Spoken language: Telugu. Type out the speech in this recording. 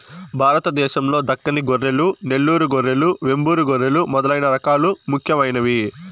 భారతదేశం లో దక్కని గొర్రెలు, నెల్లూరు గొర్రెలు, వెంబూరు గొర్రెలు మొదలైన రకాలు ముఖ్యమైనవి